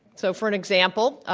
so, for an example,